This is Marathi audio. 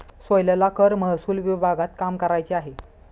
सोहेलला कर महसूल विभागात काम करायचे आहे